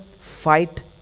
fight